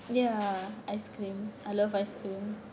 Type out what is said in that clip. ya ice cream I love ice cream